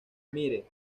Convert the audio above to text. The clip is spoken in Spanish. mire